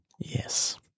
Yes